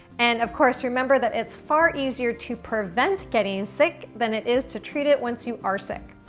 and of course remember that it's far easier to prevent getting sick than it is to treat it once you are sick.